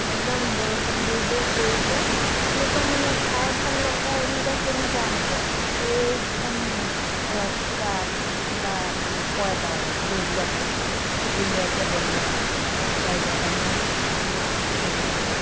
একদম বৰষুণ দিওঁ দিওঁ কৰিছে এনেকুৱা মানে খাই হাল লগা এনেকুৱা কেনেকুৱা হ'ব একদম ধৰক এটা কিবা মাংস এটা আৰু লোভ লগা খুব ধুনীয়াকৈ বনোৱা আমাৰ ষ্টাইলত আমাৰ অসমীয়া ধৰণে আৰু